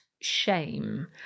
shame